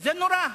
זה נורא.